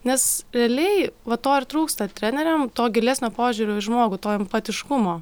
nes realiai va to ir trūksta treneriam to gilesnio požiūrio į žmogų to empatiškumo